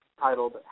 titled